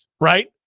Right